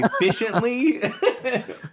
efficiently